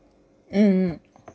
mm